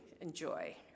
enjoy